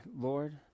Lord